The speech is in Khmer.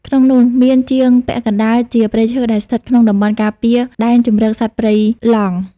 ក្នុងនោះ មានជាងពាក់កណ្តាលជាព្រៃឈើដែលស្ថិតក្នុងតំបន់ការពារដែនជម្រកសត្វព្រៃឡង់។